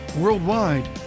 worldwide